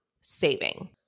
saving